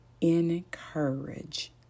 Encourage